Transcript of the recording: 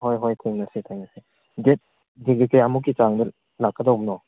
ꯍꯣꯏ ꯍꯣꯏ ꯊꯦꯡꯅꯁꯤ ꯊꯦꯡꯅꯁꯤ ꯗꯦꯠ ꯀꯌꯥꯃꯨꯛꯀꯤ ꯆꯥꯡꯗ ꯂꯥꯛꯀꯗꯧꯕꯅꯣ